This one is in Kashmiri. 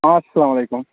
اَسلام علیکُم